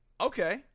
Okay